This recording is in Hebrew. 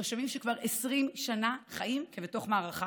תושבים שכבר 20 שנה חיים כבתוך מערכה